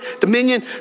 dominion